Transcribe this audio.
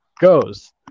goes